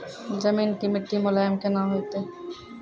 जमीन के मिट्टी मुलायम केना होतै?